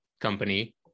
company